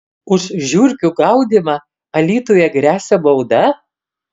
už žiurkių gaudymą alytuje gresia bauda